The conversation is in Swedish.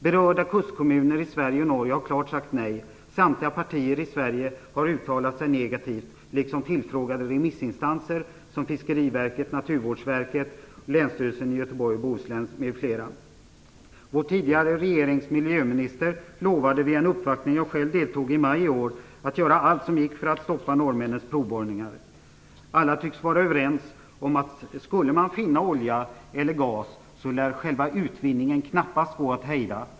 Berörda kustkommuner i Sverige och Norge har klart sagt nej. Samtliga partier i Sverige har uttalat sig negativt, liksom tillfrågade remissinstanser som Vår tidigare regerings miljöminister lovade vid en uppvaktning där jag själv deltog i maj i år att göra allt som gick för att stoppa norrmännens provborrningar. Alla tycks vara överens om att själva utvinningen knappast går att hejda om man skulle finna olja eller gas.